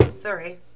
Sorry